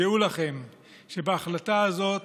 דעו לכם שבהחלטה הזאת